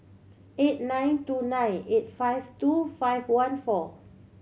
eight nine two nine eight five two five one four